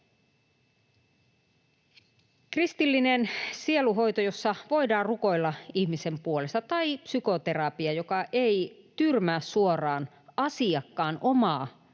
Kristillinen sielunhoito, jossa voidaan rukoilla ihmisen puolesta, tai psykoterapia, joka ei tyrmää suoraan asiakkaan omaa